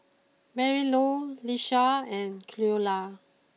Marylou Lisha and Cleola